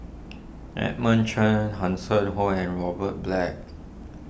Edmund Cheng Hanson Ho and Robert Black